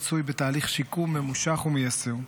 מצוי בתהליך שיקום ממושך ומייסר.